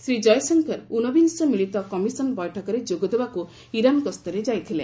ଶ୍ରୀ ଜୟଶଙ୍କର ଊନବିଂଶ ମିଳିତ କମିଶନ୍ ବୈଠକରେ ଯୋଗଦେବାକୁ ଇରାନ୍ ଗସ୍ତରେ ଯାଇଥିଲେ